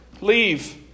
Leave